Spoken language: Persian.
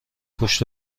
پشت